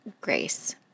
grace